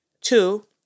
Two